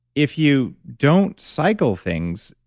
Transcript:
if you don't cycle things,